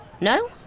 No